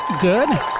good